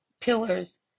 pillars